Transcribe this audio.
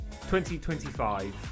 2025